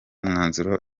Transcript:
umwanzuro